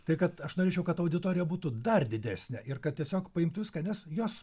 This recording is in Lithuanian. tai kad aš norėčiau kad auditorija būtų dar didesnė ir kad tiesiog paimtų viską jos